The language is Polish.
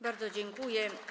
Bardzo dziękuję.